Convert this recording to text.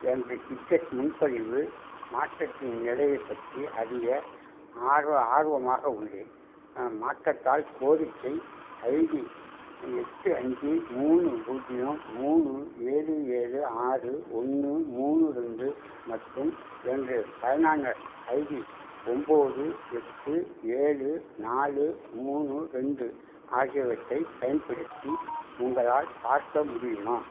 எனது டிக்கெட் முன்பதிவு மாற்றத்தின் நிலையைப் பற்றி அறிய ஆர்வ ஆர்வமாக உள்ளேன் மாற்றத்தால் கோரிக்கை ஐடி எட்டு அஞ்சு மூணு பூஜ்யம் மூணு ஏழு ஏழு ஆறு ஒன்று மூணு ரெண்டு மற்றும் எனது பயனர் ஐடி ஒம்பது எட்டு ஏழு நாலு மூணு ரெண்டு ஆகியவற்றைப் பயன்படுத்தி உங்களால் பார்க்க முடியுமா